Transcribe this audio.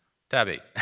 tab eight.